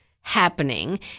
happening